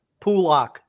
pulak